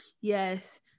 Yes